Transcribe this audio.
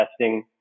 testing